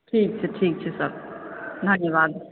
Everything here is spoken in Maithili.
ठीक छै ठीक छै सब भाग्यवान